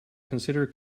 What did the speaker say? consider